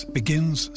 begins